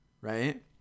right